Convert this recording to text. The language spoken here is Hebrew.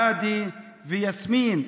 האדי ויסמין,